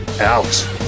out